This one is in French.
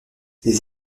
les